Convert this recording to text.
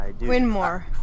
Winmore